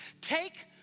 Take